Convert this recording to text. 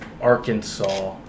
Arkansas